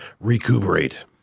recuperate